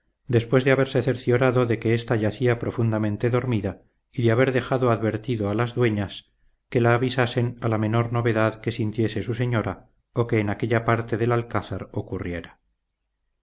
después de haberse cerciorado de que ésta yacía profundamente dormida y de haber dejado advertido a las dueñas que la avisasen a la menor novedad que sintiese su señora o que en aquella parte del alcázar ocurriera